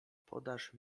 podasz